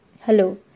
Hello